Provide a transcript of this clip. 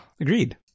agreed